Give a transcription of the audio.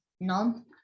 None